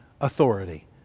authority